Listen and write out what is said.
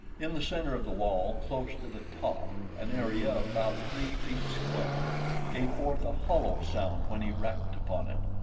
in the center of the wall close to the top, an area about three feet square gave forth a hollow sound when he rapped upon it.